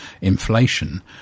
inflation